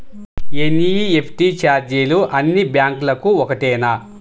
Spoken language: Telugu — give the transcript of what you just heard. ఎన్.ఈ.ఎఫ్.టీ ఛార్జీలు అన్నీ బ్యాంక్లకూ ఒకటేనా?